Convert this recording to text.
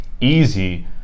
easy